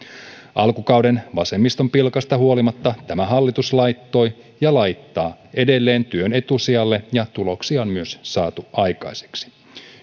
alkukauden vasemmiston pilkasta huolimatta tämä hallitus laittoi ja laittaa edelleen työn etusijalle ja tuloksia on myös saatu aikaiseksi